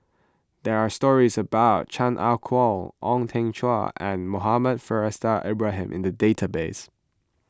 there are stories about Chan Ah Kow Ong Teng Cheong and Muhammad Faishal Ibrahim in the database